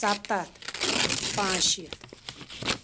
سَتَتھ پانٛژھ شیٖتھ